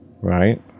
Right